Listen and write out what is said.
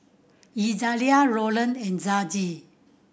Izaiah Rolland and Dezzie